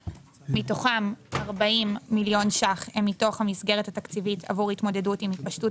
מתוכם 40 מיליון הם מתוך המסגרת התקציבית עבור התמודדות עם התפשטות